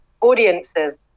audiences